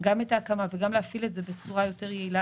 גם את ההקמה וגם להפעיל את זה בצורה יעילה יותר.